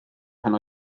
pan